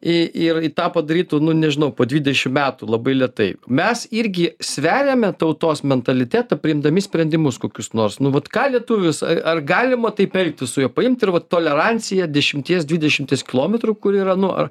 i ir tą padarytų nu nežinau po dvidešim metų labai lėtai mes irgi sveriame tautos mentalitetą priimdami sprendimus kokius nors nu vat ką lietuvis ar galima taip elgtis su juo paimt ir vat toleranciją dešimties dvidešimties kilometrų kur yra nu ar